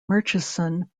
murchison